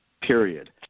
Period